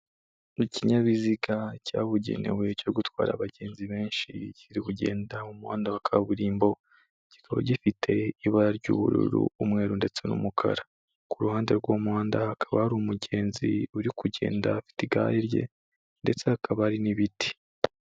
Ikinyabiziga cyabugenewe cyo gutwara abagenzi benshi, kiri kugenda mu muhanda wa kaburimbo, kikaba gifite ibara ry'ubururu umweru ndetse n'umukara. Ku ruhande rw'uwo muhanda hakaba hari umugenzi uri kugenda afite igare rye ndetse hakaba hari n'ibiti.